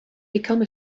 become